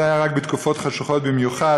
זה היה רק בתקופות חשוכות במיוחד.